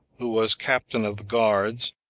who was captain of the guards,